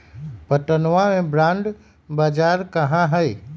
पटनवा में बॉण्ड बाजार कहाँ हई?